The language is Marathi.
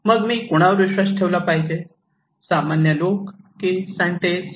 मग मी कोणावर विश्वास ठेवला पाहिजे सामान्य लोक की सायंटिस्ट